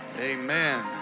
Amen